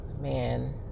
man